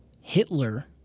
Hitler